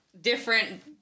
different